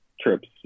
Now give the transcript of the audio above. trips